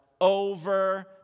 over